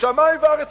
שמים וארץ.